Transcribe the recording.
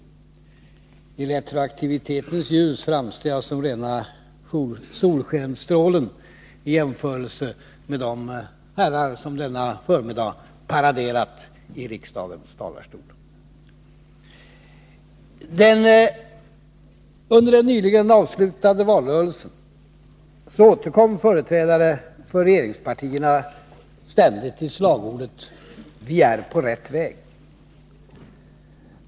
Men i retrospektionens ljus framstår jag som rena solstrålen i jämförelse med de herrar som denna förmiddag paraderat i riksdagens talarstol. Under den nyligen avslutade valrörelsen återkom företrädare för regeringspartierna ständigt till slagordet ”Vi är på rätt väg”.